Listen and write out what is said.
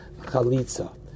Chalitza